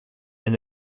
and